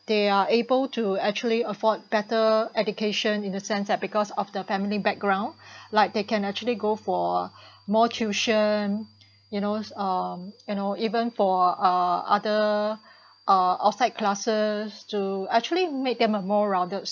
they are able to actually afford better education in a sense that because of the family background like they can actually go for more tuition you knows um you know even for uh other uh outside classes to actually make them a more rounded